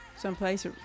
someplace